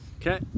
okay